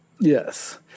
Yes